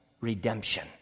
Redemption